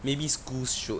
maybe schools should